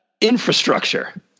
infrastructure